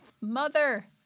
mother